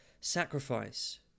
sacrifice